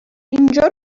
اینجا